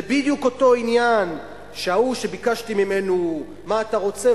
זה בדיוק אותו עניין שההוא ששאלתי אותו: מה אתה רוצה?